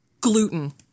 gluten